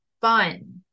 fun